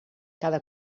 cada